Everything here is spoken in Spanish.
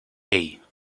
hey